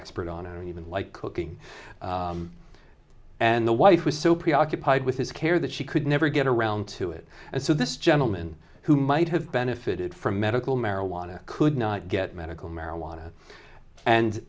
expert on or even like cooking and the wife was so preoccupied with his care that she could never get around to it and so this gentleman who might have benefited from medical marijuana could not get medical marijuana and